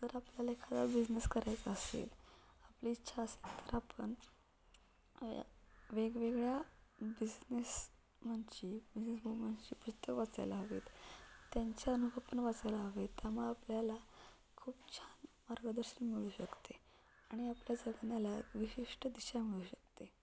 जर आपल्याला एखादा बिझनेस करायचा असेल आपली इच्छा असेल तर आपन यात वेगवेगळ्या बिझनेसमनची बिझनेसवूमनची पुस्तक वाचायला हवीत त्यांच्या अनुभव पण वाचायला हवे त्यामुळं आपल्याला खूप छान मार्गदर्शन मिळू शकते आणि आपल्या जगण्याला विशिष्ट दिशा मिळू शकते